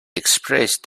expressed